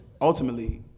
ultimately